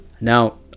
Now